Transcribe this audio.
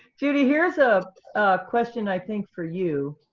judy, here's a question, i think, for you.